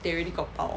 they already got 包